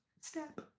Step